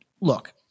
look